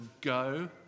go